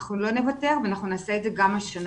אנחנו לא נוותר ואנחנו נעשה את זה גם השנה.